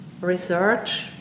research